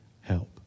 help